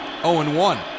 0-1